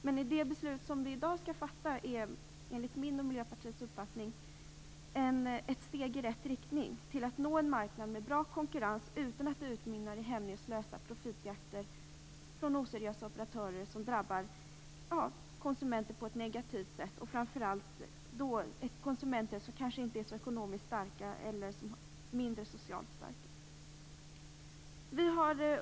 Men det beslut som vi i dag skall fatta är enligt min och Miljöpartiets uppfattning ett steg i rätt riktning för att nå en marknad med bra konkurrens utan att det hela utmynnar i hämningslösa profitjakter från oseriösa operatörer som drabbar konsumenter på ett negativt sätt, framför allt då konsumenter som inte är så ekonomiskt eller socialt starka.